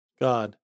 God